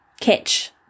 catch